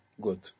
Good